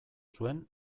zuen